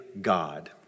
God